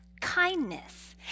kindness